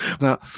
now